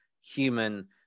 human